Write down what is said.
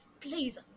please